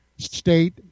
state